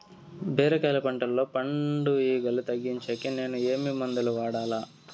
బీరకాయ పంటల్లో పండు ఈగలు తగ్గించేకి నేను ఏమి మందులు వాడాలా?